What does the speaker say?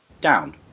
down